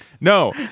No